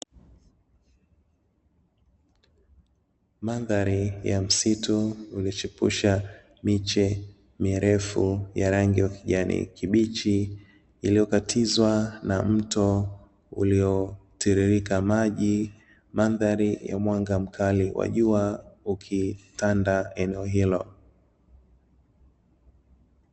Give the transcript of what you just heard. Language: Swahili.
Mandhari ya msitu iliyochipusha miche mirefu ya rangi ya kijani kibichi iliyokatizwa na mto uliotiririka maji, mandhari ya mwanga mkali wajua ukitanda eneo hilo.